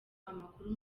amakuru